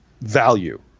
value